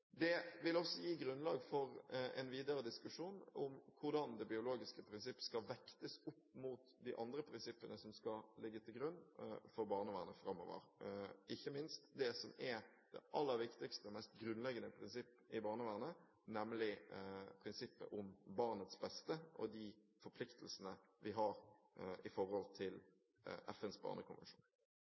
Det vil også gi grunnlag for en videre diskusjon om hvordan det biologiske prinsipp skal vektes opp mot de andre prinsippene som skal ligge til grunn for barnevernet framover, ikke minst det som er det aller viktigste og mest grunnleggende prinsipp i barnevernet, nemlig prinsippet om barnets beste og de forpliktelsene vi har i forhold til FNs barnekonvensjon.